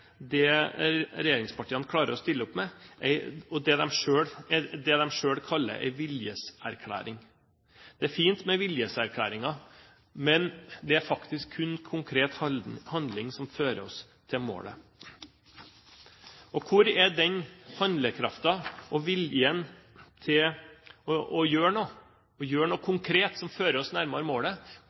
det regjeringspartiene klarer å stille opp med, det de selv kaller en viljeserklæring. Det er fint med viljeserklæringer, men det er faktisk kun konkret handling som fører oss til målet. Hvor er den handlekraften og viljen til å gjøre noe og gjøre noe konkret som fører oss nærmere målet?